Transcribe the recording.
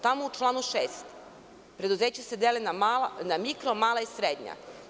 Tamo u članu 6. se preduzeća dele na mikro, mala i srednja.